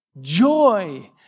joy